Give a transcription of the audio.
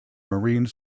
marine